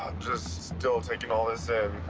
just still taking all this in.